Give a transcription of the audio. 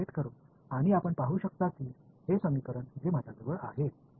இங்கே இந்த வலது புறம் நான் பௌண்டரி கண்டிஷன்ஸ் விதிக்கப் போகிறேன்